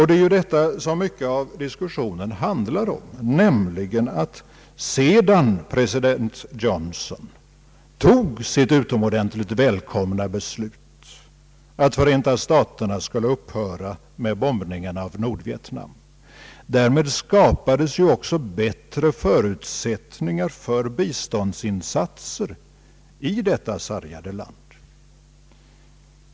Det är ju detta som diskussionen handlar om. Sedan förutvarande president Johnson fattade sitt utomordentligt välkomna beslut att Förenta staterna skulle upphöra med bombningarna av Nordvietnam skapades också bättre förutsättningar för biståndsinsatser i detta sargade land.